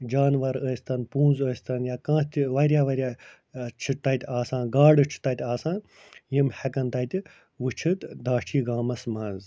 جانور ٲسۍتن پونٛز ٲسۍتن یا کانٛہہ تہِ وارِیاہ وارِیاہ چھِ تَتہِ آسان گاڈٕ چھُ تَتہِ آسان یِم ہٮ۪کن تَتہِ وُچھِتھ داچھی گامس منٛز